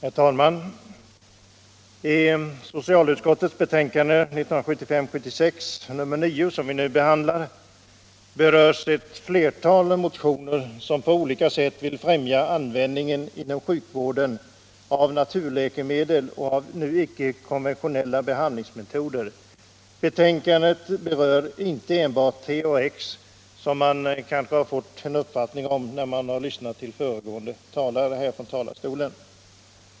Herr talman! I socialutskottets betänkande 1976/77:9, som vi nu behandlar, berörs ett flertal motioner som på olika sätt vill främja användningen inom sjukvården av naturläkemedel och av nu icke-konventionella behandlingsmetoder. Betänkandet berör inte enbart THX, som man kanske kan ha fått ett intryck av när man lyssnat på de föregående talarna i debatten.